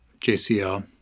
JCL